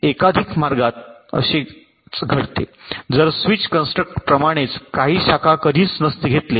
एकाधिक मार्गात असेच घडते जर स्विच कन्स्ट्रक्ट प्रमाणेच काही शाखा कधीच नसते घेतले